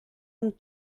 amb